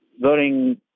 voting